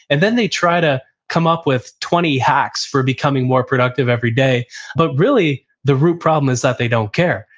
and then they try to come up with twenty hacks for becoming more productive every day but really the root problem is that they don't care,